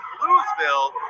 Bluesville